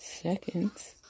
seconds